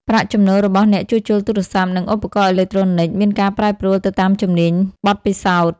ប្រាក់ចំណូលរបស់អ្នកជួសជុលទូរស័ព្ទ និងឧបករណ៍អេឡិចត្រូនិចមានការប្រែប្រួលទៅតាមជំនាញ បទពិសោធន៍។